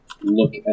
look